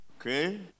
Okay